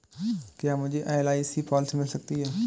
क्या मुझे LIC policy मिल सकती है?